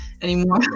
anymore